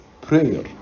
prayer